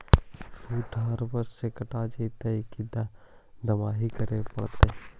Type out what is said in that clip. बुट हारबेसटर से कटा जितै कि दमाहि करे पडतै?